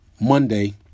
Monday